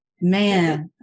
Man